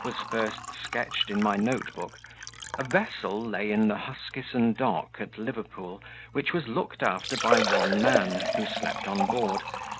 was first sketched in my notebook a vessel lay in the huskisson dock at liverpool which was looked after by one man, who slept on board,